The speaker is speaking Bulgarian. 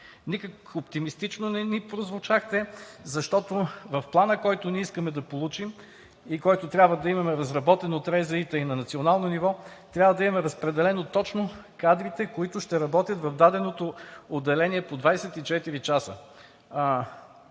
Никак оптимистично не ни прозвучахте, защото в Плана, който ние искаме да получим и който трябва да имаме разработен от РЗИ-тата и на национално ниво, трябва да има разпределено точно кадрите, които ще работят в даденото отделение по 24 часа.